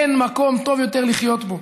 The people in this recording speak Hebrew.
אין מקום טוב יותר לחיות בו.